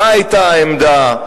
מה היתה העמדה.